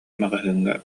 маҕаһыыҥҥа